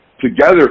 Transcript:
together